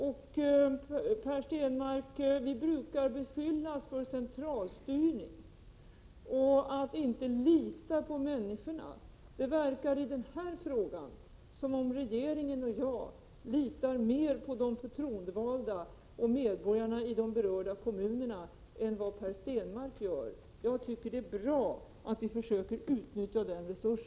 Per Stenmarck, vi brukar beskyllas för att bedriva centralstyrning och för att inte lita på människorna. I denna fråga verkar det som om jag och de andra i regeringen litar mer på de förtroendevalda och medborgarna i de berörda kommunerna än Per Stenmarck. Jag tycker att det är bra att vi försöker utnyttja denna resurs.